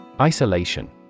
isolation